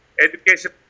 Education